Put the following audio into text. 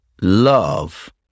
love